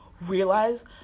realize